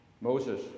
Moses